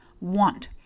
want